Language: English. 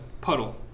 puddle